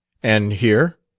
and here?